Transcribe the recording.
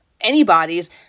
anybody's